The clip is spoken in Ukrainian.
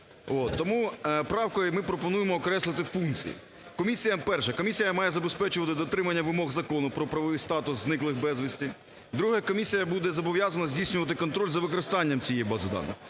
Тому правкою ми пропонуємо окреслити функції. Перше. Комісія має забезпечувати дотримання вимог Закону про правовий статус зниклих безвісти. Друге. Комісія буде зобов'язана здійснювати контроль за використанням цієї бази даних.